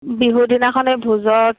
বিহুৰ দিনাখনেই ভোজত